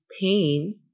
pain